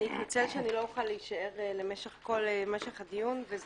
אני אתנצל שאני לא אוכל להישאר למשך כל הדיון וזה